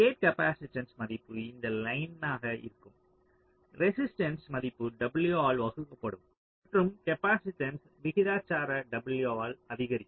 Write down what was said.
gate capacitance மதிப்பு இந்த லைனாக இருக்கும் ரெசிஸ்ட்டன்ஸ் மதிப்பு W ஆல் வகுக்கப்படும் மற்றும் காப்பாசிட்டன்ஸ் விகிதாசார W இல் அதிகரிக்கும்